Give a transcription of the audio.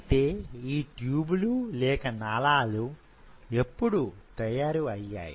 అయితే ఈ ట్యూబ్ లు లేక నాళాలు ఎప్పుడు తయారు అయ్యాయి